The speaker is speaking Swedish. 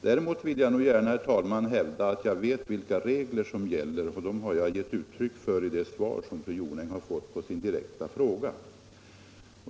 Däremot vill jag gärna, herr talman, hävda att jag vet vilka regler som gäller — och dem har jag gett uttryck för i det svar som fru Jonäng har fått på sin direkta fråga.